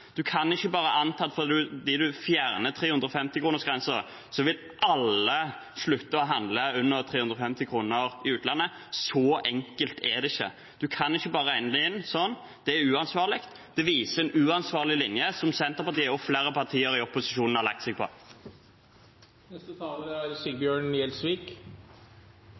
kan ikke bare anta, fordi en fjerner 350-kronersgrensen, at alle vil slutte å handle for under 350 kr i utlandet – så enkelt er det ikke. En kan ikke bare regne det inn sånn, det er uansvarlig. Det viser en uansvarlig linje, som Senterpartiet og flere partier i opposisjonen har lagt seg på.